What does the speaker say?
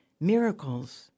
miracles